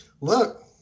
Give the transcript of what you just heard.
look